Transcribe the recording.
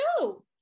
no